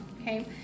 okay